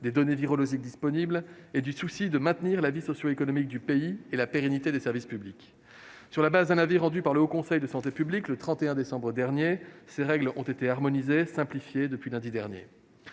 des données virologiques disponibles, mais également de maintenir la vie socioéconomique du pays et le fonctionnement des services publics. Sur le fondement d'un avis rendu par le Haut Conseil de santé publique le 31 décembre 2021, ces règles ont été harmonisées et simplifiées depuis lundi dernier.